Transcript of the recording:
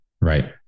right